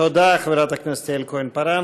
תודה לחברת הכנסת יעל כהן-פארן.